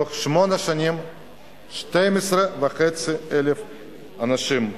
בשמונה שנים יש 12,500 אנשים.